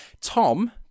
Tom